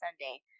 Sunday